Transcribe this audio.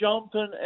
jumping